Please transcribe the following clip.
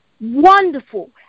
wonderful